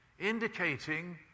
Indicating